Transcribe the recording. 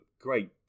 Great